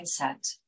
mindset